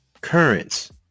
currents